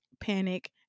panic